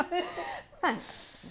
Thanks